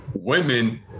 women